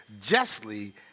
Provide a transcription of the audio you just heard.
justly